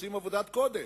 שעושים עבודת קודש.